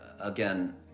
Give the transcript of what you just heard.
again